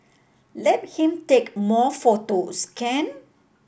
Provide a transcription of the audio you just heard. let him take more photos can